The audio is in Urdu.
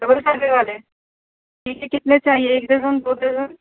ڈبل پردے والے ٹھیک ہے کتنے چاہیے ایک درجن دو درجن